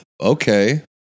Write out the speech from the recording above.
Okay